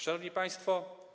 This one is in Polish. Szanowni Państwo!